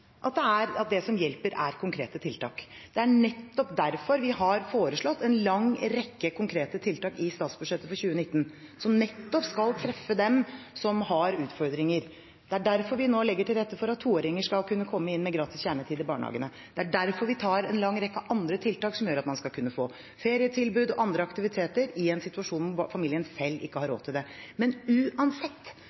at det som hjelper, er konkrete tiltak. Det er derfor vi har foreslått en lang rekke konkrete tiltak i statsbudsjettet for 2019 som nettopp skal treffe dem som har utfordringer. Det er derfor vi nå legger til rette for at toåringer skal kunne komme inn med gratis kjernetid i barnehagene. Det er derfor vi har en lang rekke andre tiltak som gjør at man skal kunne få ferietilbud og andre aktiviteter i en situasjon der familien selv ikke har råd til det. Men uansett